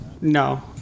No